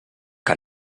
que